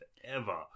forever